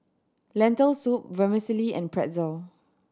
Lentil Soup Vermicelli and Pretzel